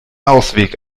ausweg